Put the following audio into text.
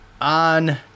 on